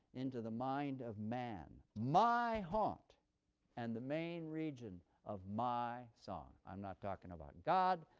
into the mind of man, my haunt and the main region of my song i'm not talking about god.